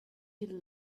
you